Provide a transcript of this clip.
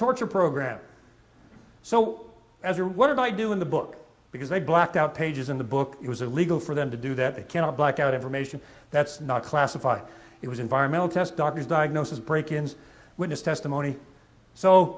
torture program so as are what did i do in the book because they blacked out pages in the book it was illegal for them to do that they cannot blackout information that's not classified it was environmental test doctor's diagnosis break ins witness testimony so